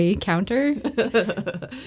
counter